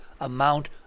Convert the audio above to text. amount